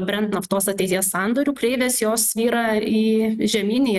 brent naftos ateities sandorių kreivės jos svyra į žemyn į